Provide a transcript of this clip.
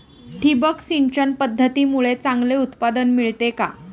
ठिबक सिंचन पद्धतीमुळे चांगले उत्पादन मिळते का?